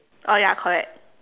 uh ya correct